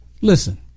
Listen